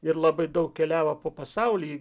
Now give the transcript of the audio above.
ir labai daug keliavo po pasaulį